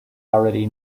already